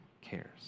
cares